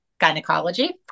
gynecology